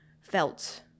felt